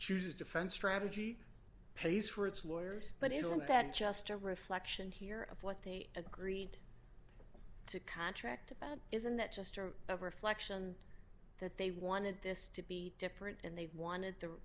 chooses defense strategy pays for its lawyers but isn't that just a reflection here of what they agreed to contract isn't that just a reflection that they wanted this to be different and they wanted the